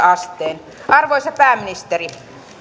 asteen arvoisa pääministeri